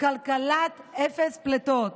כלכלת אפס פליטות,